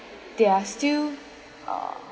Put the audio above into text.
they are still uh